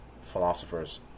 philosophers